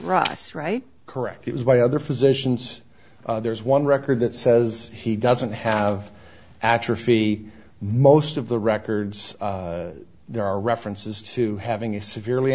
ross right correct it was by other physicians there's one record that says he doesn't have atrophy most of the records there are references to having a severely